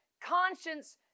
conscience